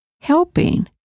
helping